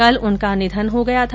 कल उनका निधन हो गया था